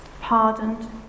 pardoned